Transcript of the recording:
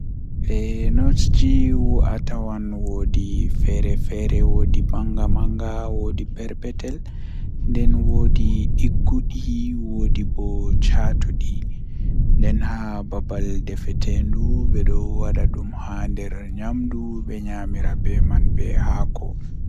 Wakkati gotel jei mi Wala sa'a kannjum woni Ko ɓeɓe woni ngam miɗo njogii baddaande fow, ɗum woni tawaareeji ngal. Nde mi ɓuri wonugol anndude e makko, ɓuri ndiyam kala no waawataa. Ko tigi mi haɗi fiya ɗum ko waawataa wuro wante.